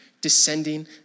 descending